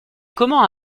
comment